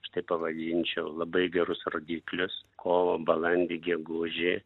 aš tai pavadinčiau labai gerus rodiklius kovą balandį gegužį